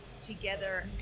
together